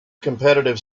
competitive